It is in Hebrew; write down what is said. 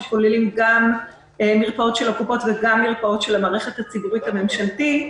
שכוללים גם מרפאות של הקופות וגם מרפאות של המערכת הציבורית הממשלתית,